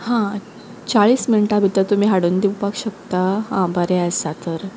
हा चाळीस मिनटां भितर तुमी हाडून दिवपाक शकता हा बरें आसा तर